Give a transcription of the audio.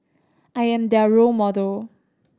I am their role model